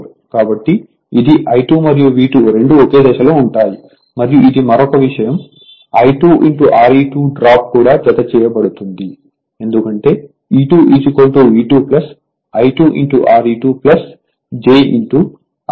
కాబట్టి ఇది I2 మరియు V2 రెండూ ఒకే దశలో ఉంటాయి మరియు ఇది మరొక విషయం I2Re2 డ్రాప్ కూడా జతచేయబడుతుంది ఎందుకంటే E2 V2 I2 Re2 j I2 XE2